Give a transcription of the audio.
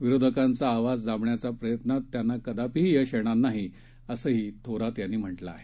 विरोधकांचा आवाज दाबण्याच्या प्रयत्नात त्यांना कदापी यश येणार नाही असंही थोरात यांनी म्हटलं आहे